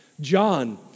John